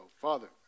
father